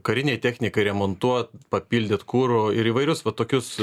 karinei technikai remontuot papildyt kuro ir įvairius va tokius